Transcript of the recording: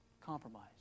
compromise